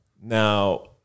Now